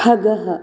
खगः